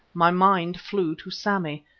my mind flew to sammy.